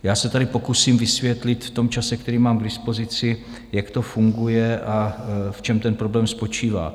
Já se tady pokusím vysvětlit v čase, který mám k dispozici, jak to funguje a v čem problém spočívá.